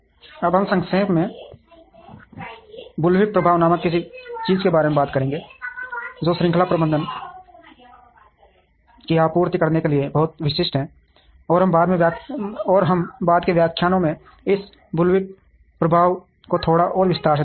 अब हम संक्षेप में बुल्विप प्रभाव नामक किसी चीज़ के बारे में बात करेंगे जो श्रृंखला प्रबंधन की आपूर्ति करने के लिए बहुत विशिष्ट है और हम बाद के व्याख्यानों में इस बुल्विप प्रभाव को थोड़ा और विस्तार से देखेंगे